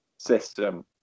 system